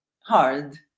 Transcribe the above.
hard